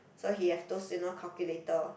so he have those you know calculator